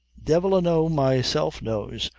divil a know myself knows,